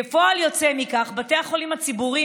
כפועל יוצא מכך בתי החולים הציבוריים